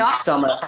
summer